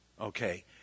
Okay